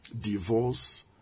divorce